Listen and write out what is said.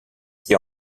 qui